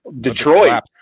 Detroit